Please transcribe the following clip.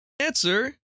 answer